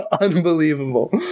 unbelievable